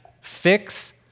fix